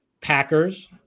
Packers